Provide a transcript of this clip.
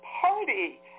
party